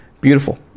Beautiful